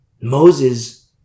Moses